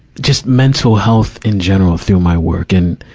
just mental health in general through my work. and,